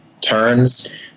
turns